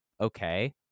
okay